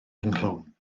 ynghlwm